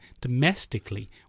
domestically